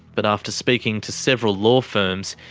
but after speaking to several law firms,